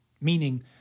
meaning